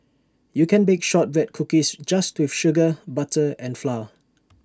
you can bake Shortbread Cookies just with sugar butter and flour